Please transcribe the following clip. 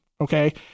okay